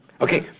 Okay